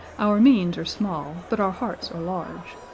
our means are small, but our hearts are large.